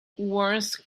worms